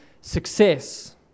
success